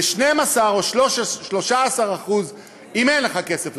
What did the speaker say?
ו-12% או 13% אם אין לך כסף בחשבון.